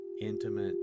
intimate